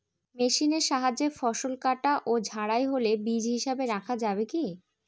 মেশিনের সাহায্যে ফসল কাটা ও ঝাড়াই হলে বীজ হিসাবে রাখা যাবে কি?